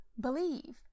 believe